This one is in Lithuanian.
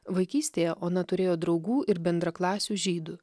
vaikystėje ona turėjo draugų ir bendraklasių žydų